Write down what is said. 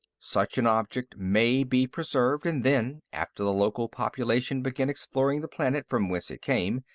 such an object may be preserved, and then, after the local population begin exploring the planet from whence it came,